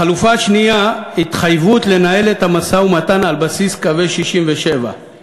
החלופה השנייה: התחייבות לנהל את המשא-ומתן על בסיס קווי 67';